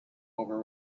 over